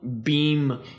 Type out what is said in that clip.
beam